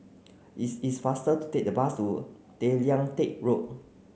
is is faster to take the bus to Tay Lian Teck Road